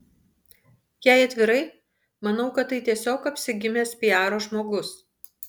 jei atvirai manau kad tai tiesiog apsigimęs piaro žmogus